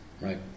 right